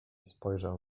spojrzał